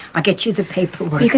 i'll get you the paperwork.